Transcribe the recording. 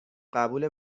قبول